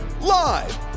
Live